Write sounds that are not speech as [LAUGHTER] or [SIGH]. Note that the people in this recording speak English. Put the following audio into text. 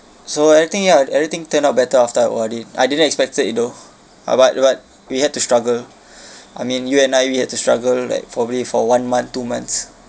so everything ya everything turn out better after I avoid it I didn't expect it though uh but but we had to struggle [BREATH] I mean you and I we had to struggle like probably for one month two months